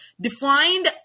Defined